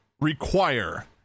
require